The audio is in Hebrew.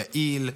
יעיל,